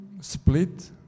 Split